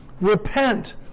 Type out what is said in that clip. repent